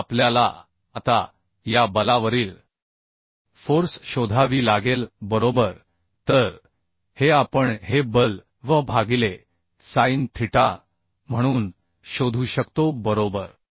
आणि आपल्याला आता या बलावरील फोर्स शोधावी लागेल बरोबर तर हे आपण हे बल V भागिले sin theta म्हणून शोधू शकतो बरोबर